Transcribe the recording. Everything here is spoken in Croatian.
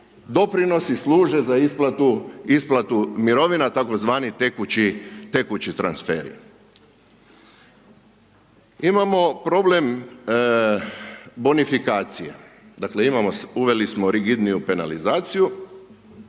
doprinosi služe za isplatu mirovina tzv. tekući transferi. Imamo problem bonifikacije, dakle, uveli smo rigidniju penalizaciju,